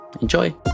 Enjoy